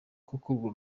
urwo